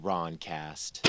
Roncast